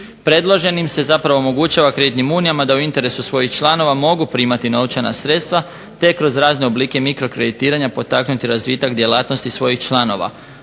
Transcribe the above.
Predloženim se zapravo omogućava kreditnima unijama da u interesu svojih članova mogu primati novčana sredstva te kroz razne oblike mikro kreditiranja potaknuti razvitak djelatnosti svojih članova,